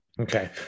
Okay